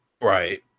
Right